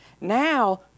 Now